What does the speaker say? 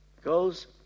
goes